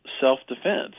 self-defense